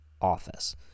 office